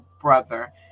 brother